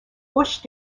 bush